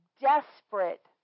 desperate